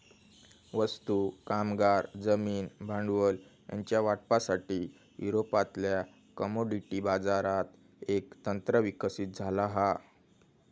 वस्तू, कामगार, जमीन, भांडवल ह्यांच्या वाटपासाठी, युरोपातल्या कमोडिटी बाजारात एक तंत्र विकसित झाला हा